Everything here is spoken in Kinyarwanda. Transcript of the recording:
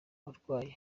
barwayi